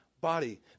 body